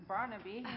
Barnaby